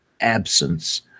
absence